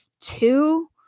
two